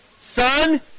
Son